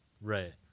Right